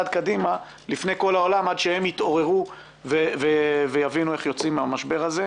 קדימה לפני כל העולם עד שהם יתעוררו ויבינו איך יוצאים מהמשבר הזה.